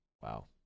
Wow